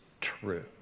true